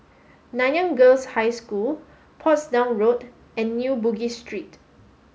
Nanyang Girls' High School Portsdown Road and New Bugis Street